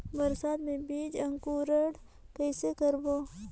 बरसात मे बीजा अंकुरण कइसे करबो?